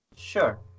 Sure